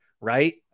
right